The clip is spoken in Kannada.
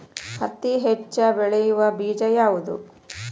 ಹತ್ತಿ ಹೆಚ್ಚ ಬೆಳೆಯುವ ಬೇಜ ಯಾವುದು?